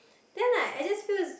then like I just feel it's